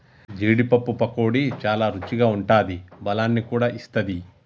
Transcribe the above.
జీడీ పప్పు పకోడీ చాల రుచిగా ఉంటాది బలాన్ని కూడా ఇస్తది